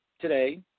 today